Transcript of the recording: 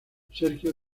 sergio